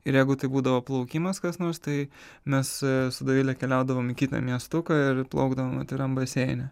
ir jeigu tai būdavo plaukimas koks nors tai mes su dovile keliaudavom į kitą miestuką ir plaukdavom atviram baseine